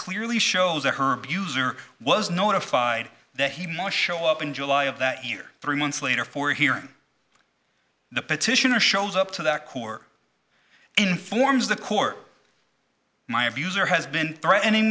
clearly shows that her abuser was notified that he must show up in july of that year three months later for hearing the petitioner shows up to that core informs the court my abuser has been threatening